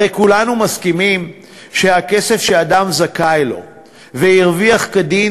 הרי כולנו מסכימים שהכסף שאדם זכאי לו והרוויח כדין